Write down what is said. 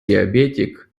diabetic